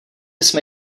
jsme